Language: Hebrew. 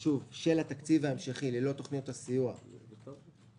של התקציב ההמשכי ללא תוכניות הסיוע לפי